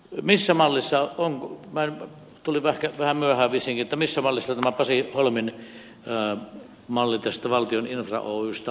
millä mallilla on tulin ehkä vähän myöhään vissiinkin pasi holmin malli tästä valtion infra oystä